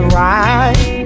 right